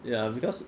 ya because